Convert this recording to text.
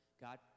God